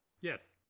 Yes